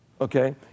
okay